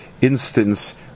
instance